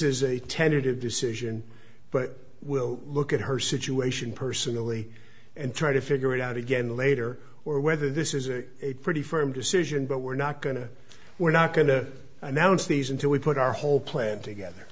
is a tentative decision but we'll look at her situation personally and try to figure it out again later or whether this is a pretty firm decision but we're not going to we're not going to announce these and so we put our whole plan together